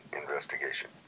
investigation